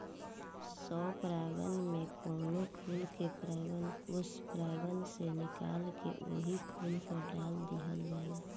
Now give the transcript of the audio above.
स्व परागण में कवनो फूल के परागकोष परागण से निकाल के ओही फूल पर डाल दिहल जाला